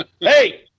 Hey